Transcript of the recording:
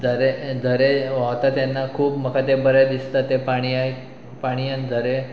झरे झरे व्हता तेन्ना खूब म्हाका तें बरें दिसता ते पाणय पाणयेन झरे